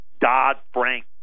Dodd-Frank